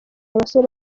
abasore